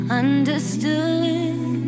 understood